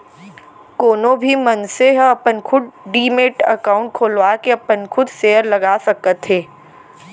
कोनो भी मनसे ह अपन खुद डीमैट अकाउंड खोलवाके अपन खुद सेयर लगा सकत हे